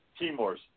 Timors